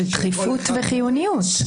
של דחיפות וחיוניות.